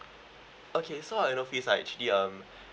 okay so annual fees are actually um